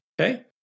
okay